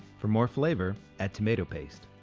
for more flavor, add tomato paste,